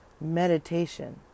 meditation